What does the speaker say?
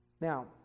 Now